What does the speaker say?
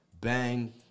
bang